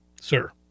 Sir